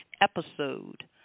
episode